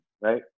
right